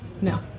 no